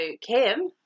kim